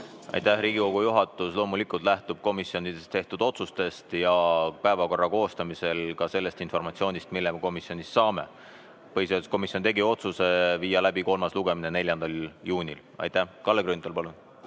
Aitäh! Riigikogu juhatus loomulikult lähtub komisjonides tehtud otsustest ja päevakorra koostamisel ka sellest informatsioonist, mille me komisjonist saame. Põhiseaduskomisjon tegi otsuse viia läbi kolmas lugemine 4. juunil. Kalle Grünthal, palun!